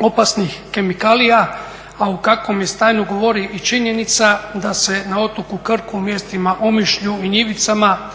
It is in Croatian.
opasnih kemikalija, a u kakvom je stanju govori i činjenica da se na otoku Krku u mjestima Omišlju i Njivicama